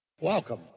welcome